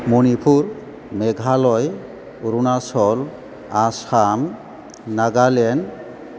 Manipur Meghalaya Arunachal Assam Nagaland